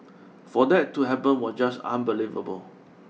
for that to happen was just unbelievable